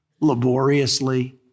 laboriously